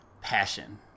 passion